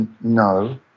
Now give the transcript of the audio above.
no